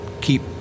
keep